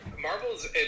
Marvel's